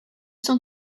cent